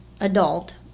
adult